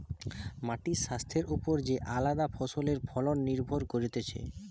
মাটির স্বাস্থ্যের ওপর যে আলদা ফসলের ফলন নির্ভর করতিছে